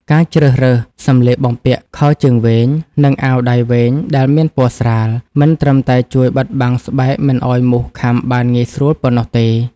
ការជ្រើសរើសសម្លៀកបំពាក់ខោជើងវែង និងអាវដៃវែងដែលមានពណ៌ស្រាល មិនត្រឹមតែជួយបិទបាំងស្បែកមិនឱ្យមូសខាំបានងាយស្រួលប៉ុណ្ណោះទេ។